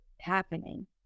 happening